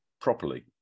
properly